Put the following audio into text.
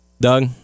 Doug